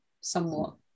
somewhat